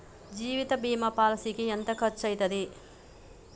జీవిత బీమా పాలసీకి ఎంత ఖర్చయితది?